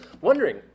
wondering